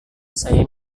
saya